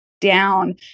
down